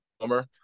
summer